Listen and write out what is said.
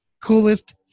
coolest